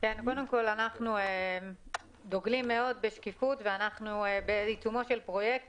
אנחנו דוגלים מאוד בשקיפות ואנחנו בעיצומו של פרויקט